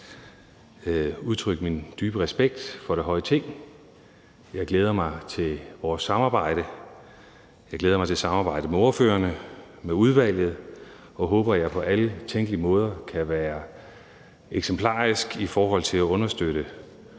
at udtrykke min dybe respekt for det høje Ting. Jeg glæder mig til vores samarbejde, jeg glæder mig til samarbejdet med ordførerne og med udvalget, og jeg håber, at jeg på alle tænkelige måder kan være eksemplarisk i forhold til at understøtte